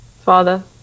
Father